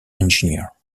engineer